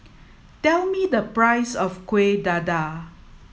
tell me the price of Kueh Dadar